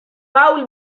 paul